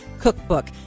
Cookbook